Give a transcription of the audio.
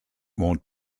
won’t